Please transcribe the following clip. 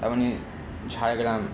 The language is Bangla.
তেমনই ঝাড়গ্রাম